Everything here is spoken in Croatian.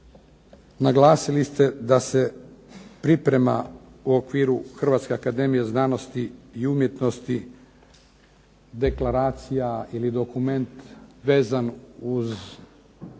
Naglasili ste da se priprema u okviru Hrvatske akademije znanosti i umjetnosti deklaracija ili dokument vezan uz